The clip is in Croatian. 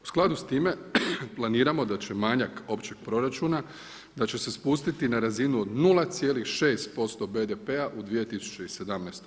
U skladu s time, planiramo da će manjak općeg proračuna, da će se spustiti na razinu od 0,6% BDP-a u 2017.